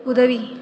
உதவி